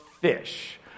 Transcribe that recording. fish